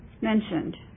mentioned